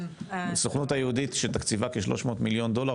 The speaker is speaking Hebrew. הסוכנות היהודית שתקציבה כ-300 מיליון דולר,